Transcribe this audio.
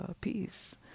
peace